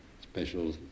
special